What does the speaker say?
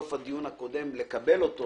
בסוף הדיון הקודם לקבלו,